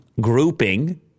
grouping